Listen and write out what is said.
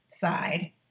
side